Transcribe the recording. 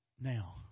now